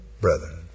brethren